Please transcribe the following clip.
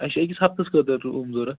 اَسہِ حظ چھُ ہفتس خٲطرٕ روٗم ضروٗرت